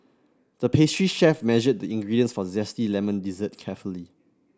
the pastry chef measured the ingredients for a zesty lemon dessert carefully